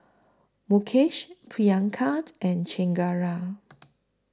Mukesh Priyanka and Chengara